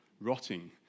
rotting